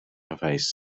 geweest